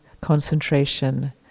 concentration